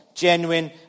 genuine